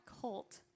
cult